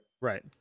Right